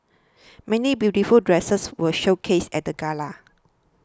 many beautiful dresses were showcased at the gala